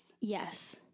Yes